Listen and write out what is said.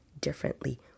differently